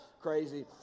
crazy